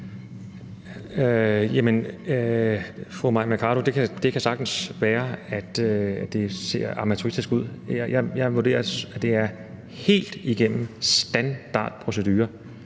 Mai Mercado, det kan sagtens være, at det ser amatøristisk ud. Jeg vurderer, at det er helt igennem standardprocedure,